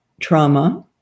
trauma